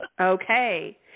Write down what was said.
Okay